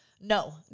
no